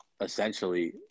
essentially